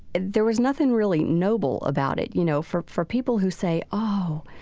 there was nothing really noble about it. you know, for for people who say, oh,